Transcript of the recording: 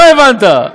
לא הבנת.